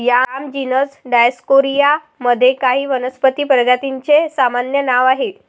yam genus Dioscorea मध्ये काही वनस्पती प्रजातींचे सामान्य नाव आहे